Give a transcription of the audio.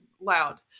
loud